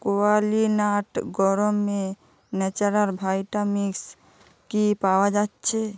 Qualinut গরমে natural ভাইটা mix কি পাওয়া যাচ্ছে